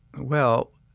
well,